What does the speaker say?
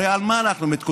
הרי על מה אנחנו מתקוטטים?